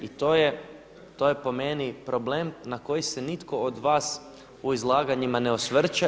I to je po meni problem na koji se nitko od vas u izlaganjima ne osvrće.